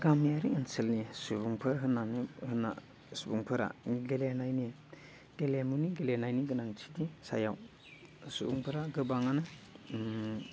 गामियारि ओनसोलनि सुबुंफोर होननानै होनना सुबुंफोरा गेलेनायनि गेलेनायनि गेलेनायनि गोनांथिनि सायाव सुबुंफोरा गोबाङानो